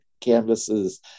canvases